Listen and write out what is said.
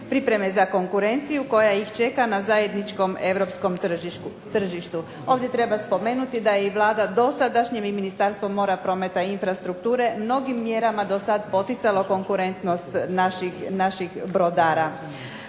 pripreme za konkurenciju koja ih čeka na zajedničkom europskom tržištu. Ovdje treba spomenuti da je i Vlada dosadašnjim i Ministarstvo mora, prometa i infrastrukture mnogim mjerama do sada poticalo konkurentnost naših brodara.